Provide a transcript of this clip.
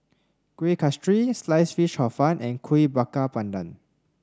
Kuih Kasturi Sliced Fish Hor Fun and Kuih Bakar Pandan